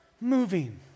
moving